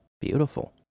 beautiful